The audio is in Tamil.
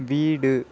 வீடு